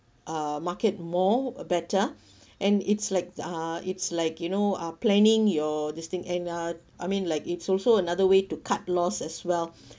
uh market more better and it's like uh it's like you know uh planning your this thing and uh I mean like it's also another way to cut loss as well